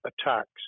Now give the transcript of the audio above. attacks